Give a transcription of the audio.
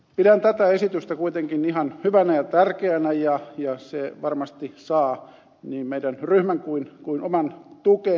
pidän tätä esitystä kuitenkin ihan hyvänä ja tärkeänä ja se varmasti saa niin meidän ryhmän tuen kuin oman tukeni